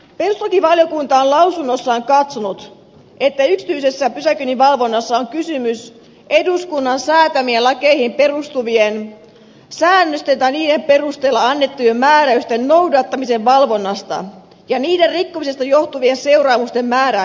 perustuslakivaliokunta on lausunnossaan katsonut että yksityisessä pysäköinninvalvonnassa on kysymys eduskunnan säätämiin lakeihin perustuvien säännösten tai niiden perusteella annettujen määräysten noudattamisen valvonnasta ja niiden rikkomisesta johtuvien seuraamusten määräämisestä